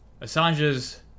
Assange's